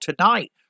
tonight